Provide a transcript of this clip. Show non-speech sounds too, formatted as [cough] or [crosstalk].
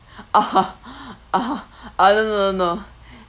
[laughs] [noise] oh no no no no